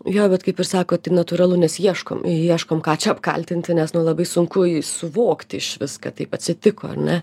jo bet kaip ir sakot tai natūralu nes ieškom ieškom ką čia apkaltinti nes nu labai sunku suvokti išvis kad taip atsitiko ar ne